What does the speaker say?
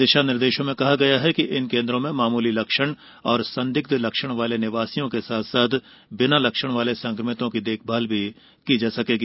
दिशा निर्देशों में कहा गया है कि इन केन्द्रों में मामूली लक्षण और संदिग्ध लक्षण वाले निवासियों के साथ साथ बिना लक्षण वाले संक्रमितों की देखमाल की जा सकेगी